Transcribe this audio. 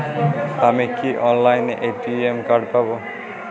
আমি কি অনলাইনে এ.টি.এম কার্ড পাব?